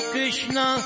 Krishna